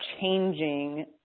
changing